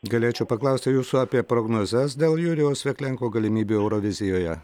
galėčiau paklausti jūsų apie prognozes dėl jurijaus veklenko galimybių eurovizijoje